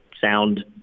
sound